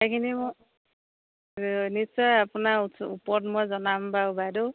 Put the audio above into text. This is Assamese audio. সেইখিনি ম নিশ্চয় আপোনাৰ ওপৰত মই জনাম বাৰু বাইদেউ